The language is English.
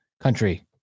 country